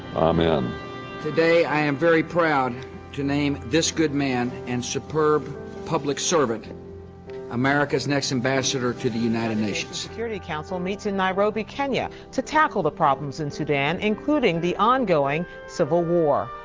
um today i am very proud to name this good man and superb public servant america's next ambassador to the united nations, security council meets in nairobi, kenya, to tackle the problems in sudan, including the ongoing civil war.